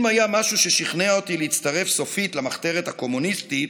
אם היה משהו ששכנע אותי להצטרף סופית למחתרת הקומוניסטית,